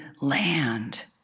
land